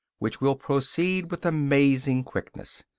which will proceed with amazing quickness.